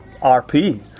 RP